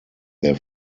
their